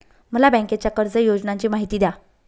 मला बँकेच्या कर्ज योजनांची माहिती द्या